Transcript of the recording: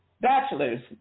bachelors